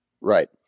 Right